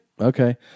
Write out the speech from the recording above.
Okay